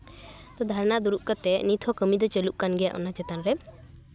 ᱛᱚ ᱫᱷᱚᱨᱱᱟ ᱫᱩᱲᱩᱵ ᱠᱟᱛᱮ ᱱᱤᱛ ᱦᱚᱸ ᱠᱟᱹᱢᱤ ᱫᱚ ᱪᱟᱹᱞᱩᱜ ᱠᱟᱱ ᱜᱮᱭᱟ ᱚᱱᱟ ᱪᱮᱛᱟᱱ ᱨᱮ